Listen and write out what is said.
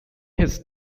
his